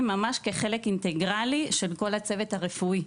ממש כחלק אינטגרלי של כל הצוות הרפואי.